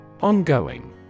Ongoing